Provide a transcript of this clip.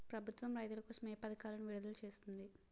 ప్రభుత్వం రైతుల కోసం ఏ పథకాలను విడుదల చేసింది?